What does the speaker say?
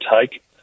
take